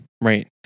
Right